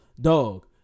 dog